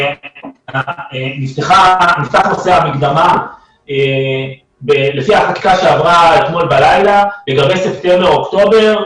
נפתח נושא המקדמה לפי החקיקה שעברה אתמול בלילה לגבי ספטמבר-אוקטובר,